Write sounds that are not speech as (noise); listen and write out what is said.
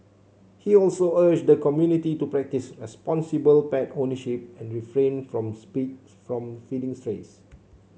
he also urged the community to practise responsible pet ownership and refrain from (unintelligible) from feeding strays